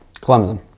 Clemson